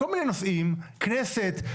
כנסת,